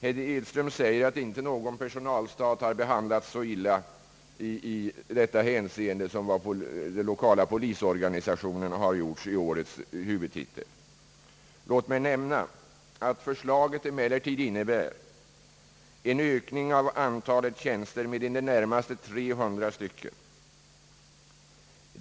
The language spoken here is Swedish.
Herr Edström säger, att inte någon personalstat har behandlats så illa i detta avseende som den lokala polisorganisationen har behandlats i årets huvudtitel. Låt mig då nämna, att förslaget emellertid innebär en ökning av antalet tjänster med i det närmaste 300 stycken.